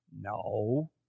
No